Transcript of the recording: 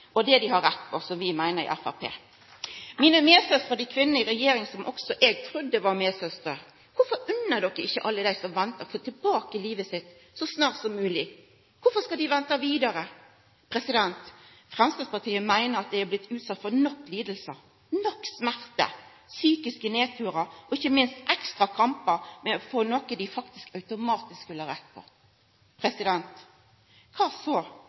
ventetid, og dei treng det dei har rett på, meiner vi i Framstegspartiet. Mine medsystrer, kvinnene i regjeringa – som eg trudde var medsystrer – korfor unner ikkje dei alle dei som ventar, å få tilbake livet sitt så snart som mogleg? Korfor skal dei venta vidare? Framstegspartiet meiner at dei er blitt utsette for nok lidingar, nok smerte, psykiske nedturar og ikkje minst ekstra kampar for å få noko dei faktisk automatisk burde ha rett på. Kva så,